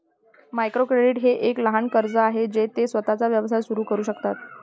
micro credit हे एक लहान कर्ज आहे जे ते स्वतःचा व्यवसाय सुरू करू शकतात